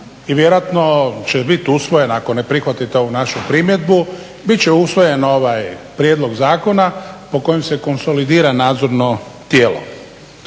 i vjerojatno će biti usvojen, ako ne prihvatite ovu našu primjedbu, bit će usvojen ovaj prijedlog zakona po kojem se konsolidira nadzorno tijelo.